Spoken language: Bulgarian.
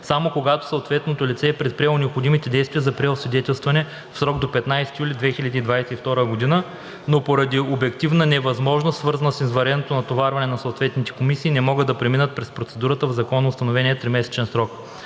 само когато съответното лице е предприело необходимите действия за преосвидетелстване в срок до 15 юли 2022 г., но поради обективна невъзможност, свързана с извънредното натоварване на съответните комисии, не могат да преминат през процедурата в законоустановения тримесечен срок.